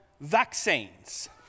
vaccines